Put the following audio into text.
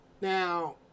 Now